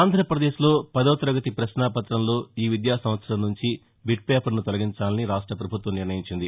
ఆంధ్రపదేశ్లో పదోతరగతి ప్రశ్నాపత్రంలో ఈ విద్యా సంవత్సరం నుంచి బీట్ పేపరును తొలగించాలని రాష్ట ప్రభుత్వం నిర్ణయించింది